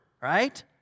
right